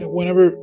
Whenever